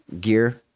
gear